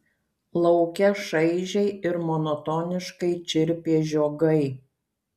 lauke šaižiai ir monotoniškai čirpė žiogai